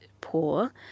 poor